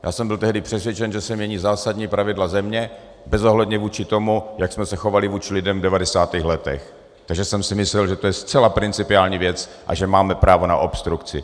Já jsem byl tehdy přesvědčen, že se mění zásadní pravidla země bezohledně vůči tomu, jak jsme se chovali vůči lidem v 90. letech, takže jsem si myslel, že to je zcela principiální věc a že máme právo na obstrukci.